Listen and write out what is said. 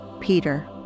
Peter